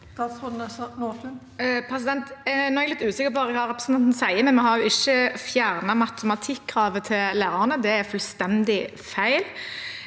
Nordtun Nå er jeg litt usikker på hva representanten sier, men vi har ikke fjernet matematikkravet til lærerne. Det er fullstendig feil